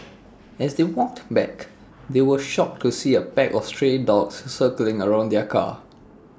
as they walked back they were shocked to see A pack of stray dogs circling around their car